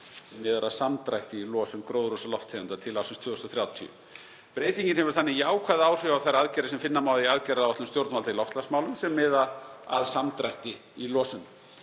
miðar að samdrætti í losun gróðurhúsalofttegunda til ársins 2030. Breytingin hefur þannig jákvæð áhrif á þær aðgerðir sem finna má í aðgerðaáætlun stjórnvalda í loftlagsmálum sem miða að samdrætti í losun.